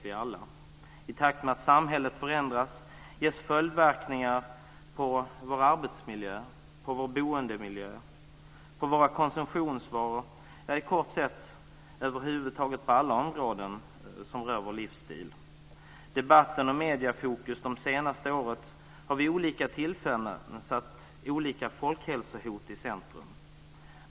I takt med att samhället förändras blir det följdverkningar på vår arbetsmiljö, på vår boendemiljö, på våra konsumtionsvanor - kort sagt på över huvud taget alla områden som rör vår livsstil. Debatten och mediefokus det senaste året har vid olika tillfällen satt olika folkhälsohot i centrum.